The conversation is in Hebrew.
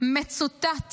מצוטט